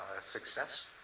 success